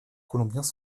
colombiens